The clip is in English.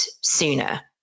sooner